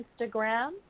Instagram